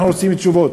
אנחנו רוצים תשובות,